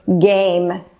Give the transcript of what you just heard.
game